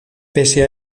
pese